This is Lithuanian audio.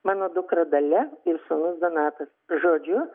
mano dukra dalia ir sūnus donatas žodžiu